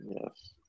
Yes